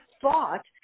thought